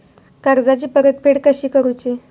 कर्जाची परतफेड कशी करुची?